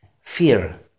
fear